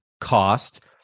cost